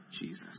Jesus